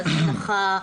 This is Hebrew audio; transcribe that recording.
והזנחה,